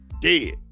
dead